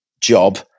job